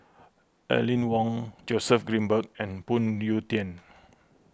Aline Wong Joseph Grimberg and Phoon Yew Tien